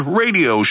radio